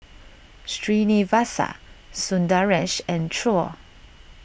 Srinivasa Sundaresh and Choor